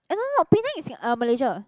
eh no no Penang is in uh Malaysia